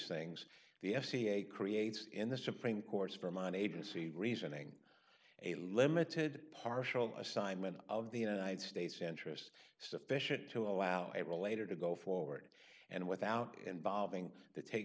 things the f c a creates in the supreme court's vermont agency reasoning a limited partial assignment of the united states interest sufficient to allow it related to go forward and without involving t